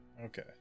Okay